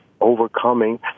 overcoming